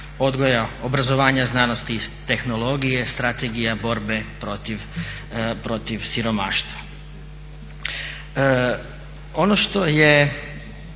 odgoja, obrazovanja, znanosti i tehnologije, Strategija borbe protiv siromaštva. Ono što je